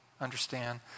understand